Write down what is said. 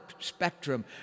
spectrum